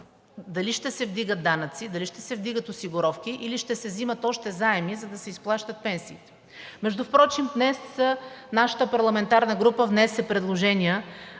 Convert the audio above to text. дали ще се вдигат данъци, дали ще се вдигат осигуровки, или ще се взимат още заеми, за да се изплащат пенсиите. Между другото, днес нашата парламентарна група внесе предложения